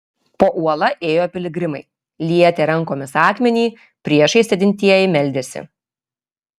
po uola ėjo piligrimai lietė rankomis akmenį priešais sėdintieji meldėsi